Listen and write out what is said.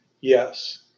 Yes